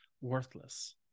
worthless